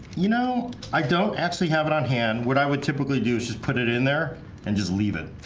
you know i don't actually have it on hand what i would typically do is just put it in there and just leave it